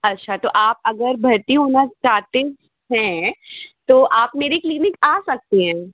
अच्छा तो आप अगर भर्ती होना चाहते हैं तो आप मेरे क्लीनिक आ सकते हैं